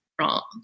wrong